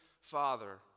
Father